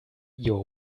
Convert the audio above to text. your